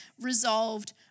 resolved